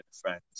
friends